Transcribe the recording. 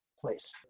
place